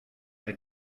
j’ai